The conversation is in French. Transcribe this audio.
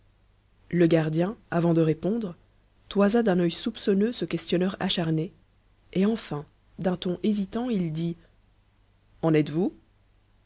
le gardien avant de répondre toisa d'un œil soupçonneux ce questionneur acharné et enfin d'un ton hésitant il dit en êtes-vous